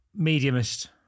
Mediumist